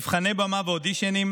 מבחני במה ואודישנים,